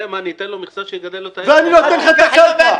אני אתן לו מכסה שיגדל אותה --- ואני לא אתן לך את הקרקע.